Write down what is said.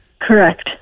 Correct